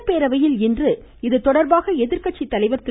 சட்டப்பேரவையில் இன்று இதுகுறித்து எதிர்க்கட்சி தலைவர் திரு